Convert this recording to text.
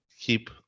keep